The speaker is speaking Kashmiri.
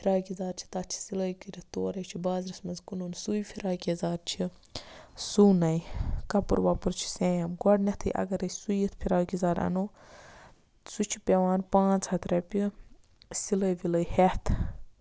فِراک یِزار چھُ تَتھ چھِ سِلٲے کٔرِتھ تورٕے چھُ بازرَس منٛز کٔنُن سُے فِراک یَزار چھُ سُونَے کَپُر وَپُر چھُ سیم گۄڈٕنیتھٕے اَگر أسۍ سُوِتھ فِراک یَزار اَنو سُہ چھُ پیوان پانژھ ہَتھ رۄپیہِ سِلٲے وِلٲے ہٮ۪تھ